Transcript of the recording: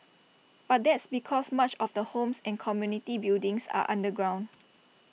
but that's because much of the homes and community buildings are underground